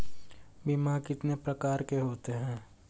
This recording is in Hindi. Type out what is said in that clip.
बीमा कितने प्रकार के होते हैं?